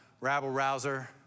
rabble-rouser